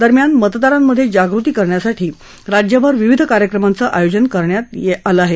दरम्यान मतदारांमध्ये जागृती करण्यासाठी राज्यभर विविध कार्यक्रमाचं आयोजन करण्यात आले आहेत